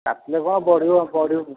କାଟିଲେ କ'ଣ ବଢ଼ିବ ବଢ଼ିବ